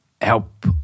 help